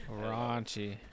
Raunchy